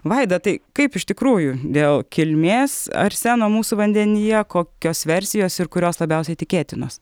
vaida tai kaip iš tikrųjų dėl kilmės arseno mūsų vandenyje kokios versijos ir kurios labiausiai tikėtinos